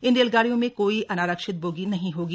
इन रेलगाड़ियों में कोई अनारक्षित बोगी नहीं होगी